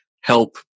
help